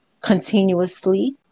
continuously